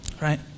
Right